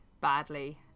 badly